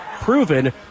proven